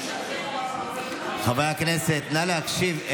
חברי הכנסת, נא להקשיב.